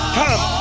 come